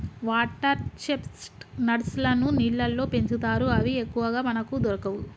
water chestnuts లను నీళ్లల్లో పెంచుతారు అవి ఎక్కువగా మనకు దొరకవు